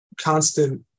constant